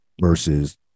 versus